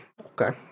Okay